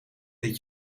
dit